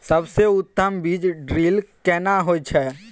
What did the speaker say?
सबसे उत्तम बीज ड्रिल केना होए छै?